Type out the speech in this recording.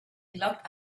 locked